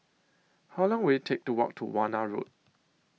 How Long Will IT Take to Walk to Warna Road